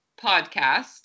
podcast